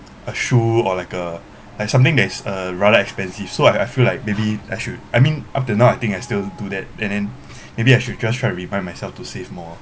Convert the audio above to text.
a shoe or like a like something there's a rather expensive so I I feel like maybe I should I mean up till now I think I still do that and then maybe I should just try to remind myself to save more